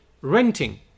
renting